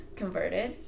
converted